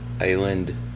Island